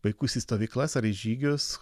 vaikus į stovyklas ar į žygius